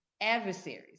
Adversaries